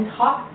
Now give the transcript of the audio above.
talk